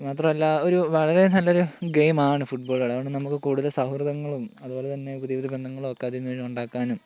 മാത്രമല്ല ഒരു വളരെ നല്ലൊരു ഗെയിമാണ് ഫുട്ബോള് കളി അതുകൊണ്ട് നമുക്ക് കൂടുതൽ സൗഹൃദങ്ങളും അതുപോലെ തന്നെ പുതിയ പുതിയ ബന്ധങ്ങളും ഒക്കെ അതിൽനിന്ന് തന്നെ ഉണ്ടാക്കാനും